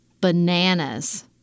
bananas